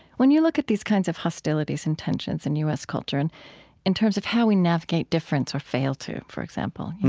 when you look at these kinds of hostilities and tensions in u s. culture and in terms of how we navigate difference or fail to, for example,